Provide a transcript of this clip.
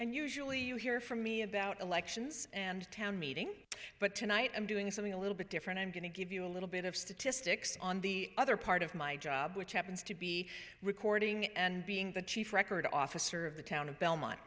and usually you hear from me about elections and town meeting but tonight i'm doing something a little bit different i'm going to give you a little bit of statistics on the other part of my job which happens to be recording and being the chief record officer of the town of belmont